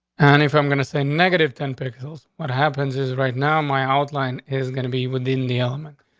and if i'm gonna say negative ten pixels, what happens is right now my outline is gonna be within the element.